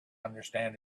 understand